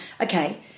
okay